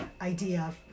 idea